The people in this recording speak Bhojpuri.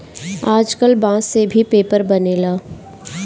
आजकल बांस से भी पेपर बनेला